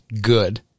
good